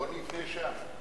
בוא נבנה שם.